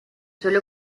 suele